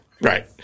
Right